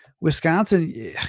Wisconsin